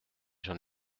j’en